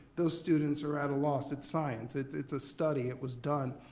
those students are at a loss, it's science, it's it's a study, it was done.